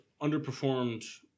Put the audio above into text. underperformed